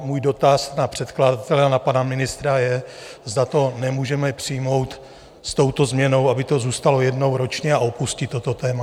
Můj dotaz na předkladatele a na pana ministra je, zda to nemůžeme přijmout s touto změnou, aby to zůstalo jednou ročně, a opustit toto téma?